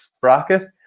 bracket